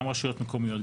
גם רשויות מקומיות,